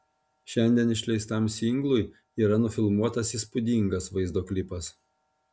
šiandien išleistam singlui yra nufilmuotas įspūdingas vaizdo klipas